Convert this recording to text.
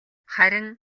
харин